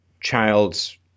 child's